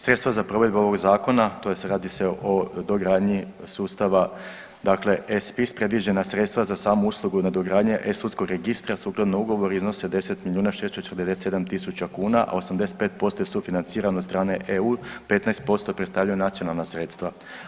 Sredstva za provedbu ovog zakona, tj. radi se o dogradnji sustava, dakle e-spis predviđena sredstva za samouslugu nadogradnje e-sudskog registra sukladno ugovoru iznose 10 milijuna 647 000 kuna, a 85% je sufinancirano od strane EU, 15% predstavljaju nacionalna sredstva.